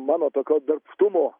mano tokio darbštumo